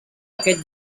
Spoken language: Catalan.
aquest